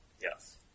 yes